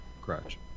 Crutch